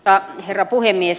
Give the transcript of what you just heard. arvoisa herra puhemies